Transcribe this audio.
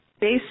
based